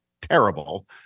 terrible